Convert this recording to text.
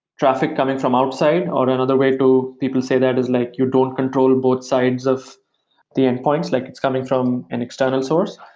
traffic coming from outside. or another way to people say that is like you don't control both sides of the endpoints. like it's coming from an external source.